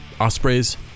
Ospreys